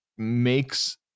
makes